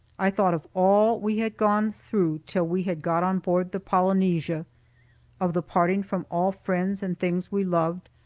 i thought of all we had gone through till we had got on board the polynesia of the parting from all friends and things we loved,